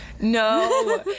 No